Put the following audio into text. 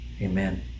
Amen